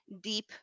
deep